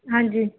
ਹਾਂਜੀ